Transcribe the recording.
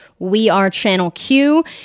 wearechannelq